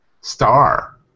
star